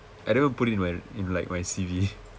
I never put in my in like my C_V